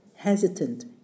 Hesitant